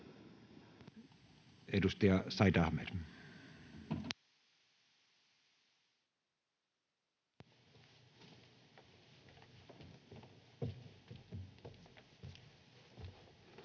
Edustaja Said Ahmed.